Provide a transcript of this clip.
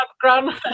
Ground